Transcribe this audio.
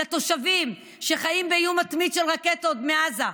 לתושבים שחיים באיום מתמיד של רקטות מעזה.